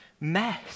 mess